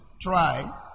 Try